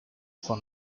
for